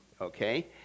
okay